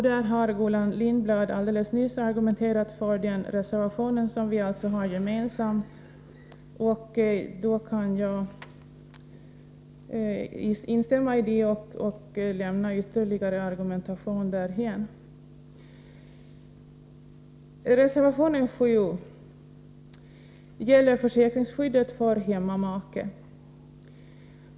Gullan Lindblad har alldeles nyss argumenterat för den reservationen, som vi har avgett gemensamt. Jag kan därför instämma i det hon sade och lämna ytterligare argumentation därhän. Reservation 7 gäller försäkringsskyddet för hemmamake.